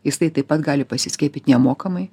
jisai taip pat gali pasiskiepyt nemokamai